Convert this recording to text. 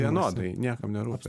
vienodai niekam nerūpi